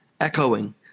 echoing